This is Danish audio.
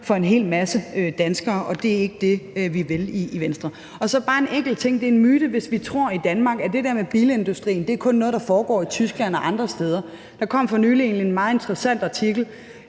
for en hel masse danskere, og det er ikke det, vi vil i Venstre. Så bare en enkelt ting: Det er en myte, hvis vi i Danmark tror, at det med bilindustrien kun er noget, der foregår i Tyskland og andre steder. Der kom for nylig en meget interessant artikel,